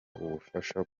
ubufasha